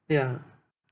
ya